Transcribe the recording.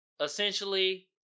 essentially